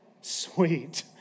Sweet